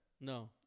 No